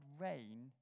rain